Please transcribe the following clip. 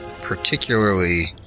particularly